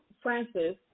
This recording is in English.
Francis